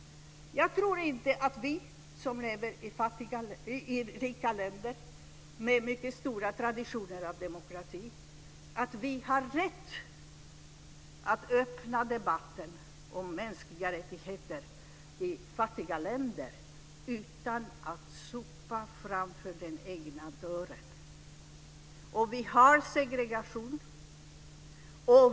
Jag tror inte att vi som lever i rika länder med mycket stora traditioner av demokrati har rätt att öppna debatten om mänskliga rättigheter i fattiga länder utan att sopa rent framför egen dörr. Vi har segregation.